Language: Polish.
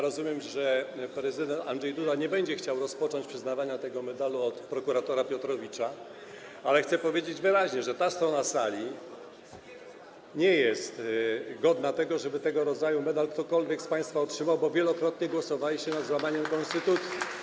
Rozumiem, że prezydent Andrzej Duda nie będzie chciał rozpocząć przyznawania tego medalu od prokuratora Piotrowicza, ale chcę powiedzieć wyraźnie, że ta strona sali nie jest godna tego, żeby tego rodzaju medal ktokolwiek z państwa otrzymał, bo wielokrotnie głosowaliście nad złamaniem konstytucji.